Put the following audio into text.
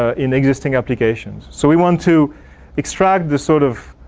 ah in existing applications. so we want to extract this sort of